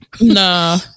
Nah